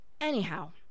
Anyhow